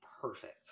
perfect